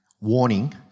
warning